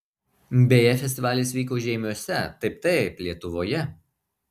beje festivalis vyko žeimiuose taip taip lietuvoje